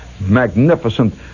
magnificent